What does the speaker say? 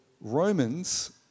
Romans